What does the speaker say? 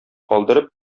калдырып